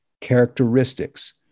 characteristics